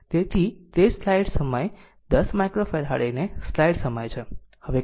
તેથી તે તમારા સ્લાઈડ સમય 10 માઈક્રોફેરાડે ને સલાઇડ સમય છે